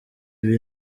ibi